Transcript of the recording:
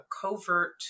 covert